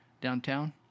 downtown